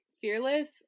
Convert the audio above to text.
Fearless